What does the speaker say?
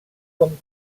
com